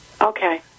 Okay